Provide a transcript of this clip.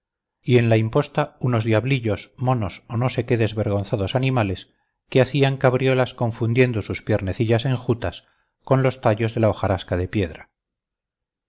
y en la imposta unos diablillos monos o no sé qué desvergonzados animales que hacían cabriolas confundiendo sus piernecillas enjutas con los tallos de la hojarasca de piedra